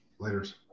Laters